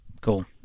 Cool